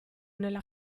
nella